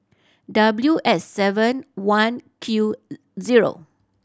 W S seven one Q zero